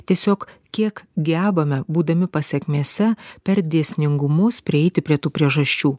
tiesiog kiek gebame būdami pasekmėse per dėsningumus prieiti prie tų priežasčių